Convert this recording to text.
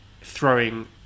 throwing